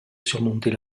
surmonter